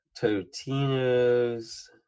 Totino's